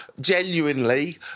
genuinely